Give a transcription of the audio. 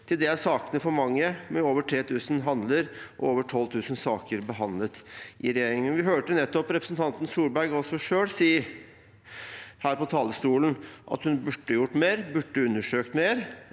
Til det er sakene for mange, med over 3 000 handler og over 12 000 saker behandlet i regjeringen. Vi hørte nettopp representanten Solberg selv si på talerstolen at hun burde gjort mer, burde undersøkt mer.